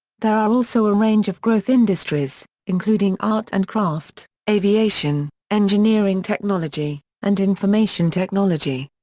there are also a range of growth industries, including art and craft, aviation, engineering technology, and information technology.